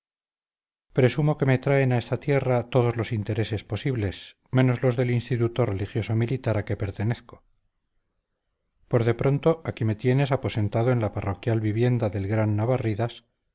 presumo que me traen a esta tierra todos los intereses posibles menos los del instituto religioso militar a que pertenezco por de pronto aquí me tienes aposentado en la parroquial vivienda del gran